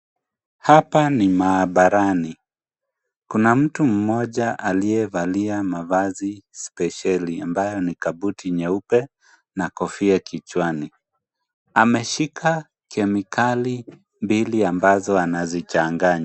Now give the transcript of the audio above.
Hapa ni maabarani, kuna mtu mmoja aliyevalia mavazi spesheli ambayo ni kabuti nyeupe na kofia kichwani ameshika kemikali mbili ambazo anazichanganya.